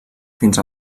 fins